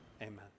Amen